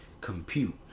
compute